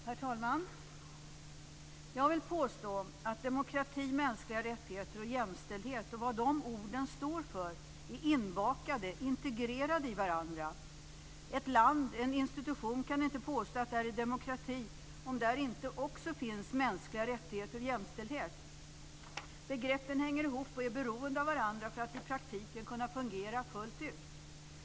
Herr talman! Jag vill påstå att begreppen demokrati, mänskliga rättigheter och jämställdhet, och det som de orden står för, är inbakade och integrerade i varandra. Ett land eller en institution kan inte påstå att det råder demokrati om det inte också finns mänskliga rättigheter och jämställdhet. Begreppen hänger ihop och är beroende av varandra för att i praktiken kunna fungera fullt ut.